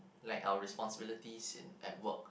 like our responsibilities in at work